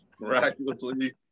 miraculously